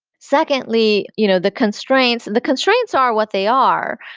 secondly, you know the constraints the constraints are what they are,